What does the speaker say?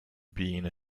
being